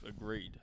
agreed